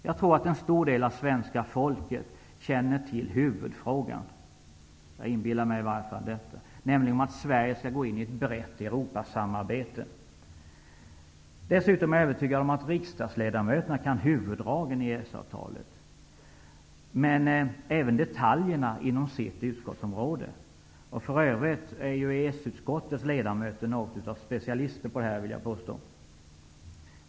Jag tror att en stor del av svenska folket känner till huvudfrågan -- jag inbillar mig i alla fall det -- nämligen att Sverige skall gå in i ett brett Europasamarbete. Dessutom är jag övertygad om att riksdagsledamöterna kan huvuddragen i EES avtalet och även detaljerna inom respektive utskottsområde. För övrigt är EES-utskottets ledamöter, vill jag påstå, något av specialister på detta område.